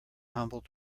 humble